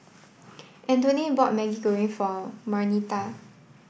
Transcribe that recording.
Antonette bought maggi goreng for Marnita